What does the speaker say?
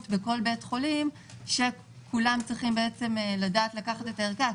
בכל בית חולים כשכולם צריכים לדעת לקחת את הערכה,